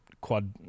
quad